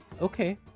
okay